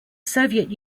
soviet